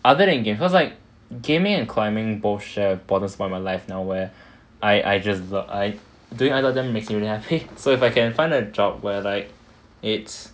other than game cause like gaming and climbing both share borders by my life now where I I just I doing either of them makes me really happy so if I can find a job where like it's